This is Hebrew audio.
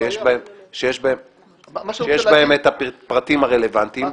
שיש בהן הפרטים הרלוונטיים,